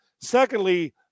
Secondly